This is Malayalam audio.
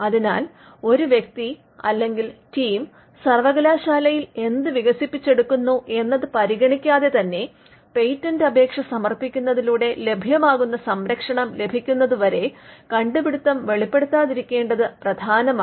അതിനാൽ ഒരു വ്യക്തി അല്ലെങ്കിൽ ടീം സർവകലാശാലയിൽ എന്ത് വികസിപ്പിച്ചെടുക്കുന്നു എന്നത് പരിഗണിക്കാതെ തന്നെ പേറ്റന്റ് അപേക്ഷ സമർപ്പിക്കുന്നതിലൂടെ ലഭ്യമാകുന്ന സംരക്ഷണം ലഭിക്കുന്നതുവരെ കണ്ടുപിടുത്തം വെളിപ്പെടുത്താതിരിക്കേണ്ടത് പ്രധാനമാണ്